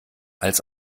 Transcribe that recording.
als